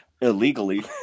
illegally